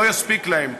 לא יספיקו להם.